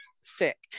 sick